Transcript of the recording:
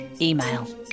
email